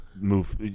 move –